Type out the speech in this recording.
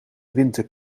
winter